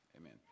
Amen